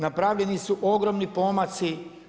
Napravljeni su ogromni pomaci.